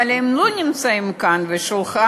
אבל הם לא נמצאים כאן ליד השולחן.